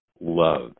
love